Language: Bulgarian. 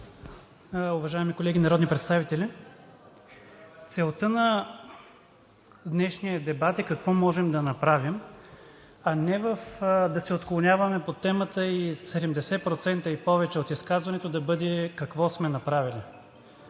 Уважаеми колеги народни представители! Целта на днешния дебат е какво можем да направим, а не да се отклоняваме по темата и 70% и повече от изказването да бъде какво сме направили.